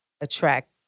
attract